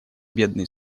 бедные